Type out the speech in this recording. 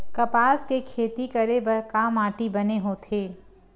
कपास के खेती करे बर का माटी बने होथे?